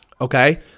Okay